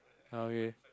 okay